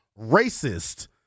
racist